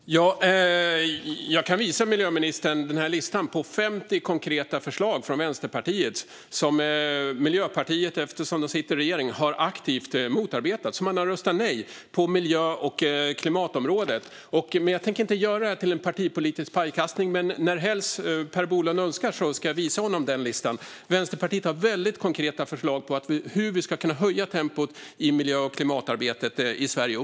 Fru talman! Jag kan visa miljöministern listan på 50 konkreta förslag från Vänsterpartiet som Miljöpartiet, eftersom de sitter i regering, aktivt har motarbetat och röstat nej till på miljö och klimatområdet. Jag tänker inte göra detta till en partipolitisk pajkastning, men närhelst Per Bolund önskar ska jag visa honom den listan. Vänsterpartiet har väldigt konkreta förslag på hur vi ska kunna höja tempot i miljö och klimatarbetet i Sverige.